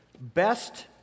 best